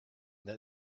that